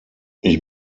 ich